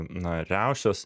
na riaušės